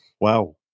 Wow